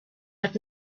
had